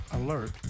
alert